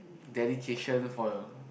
dedication for